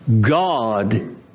God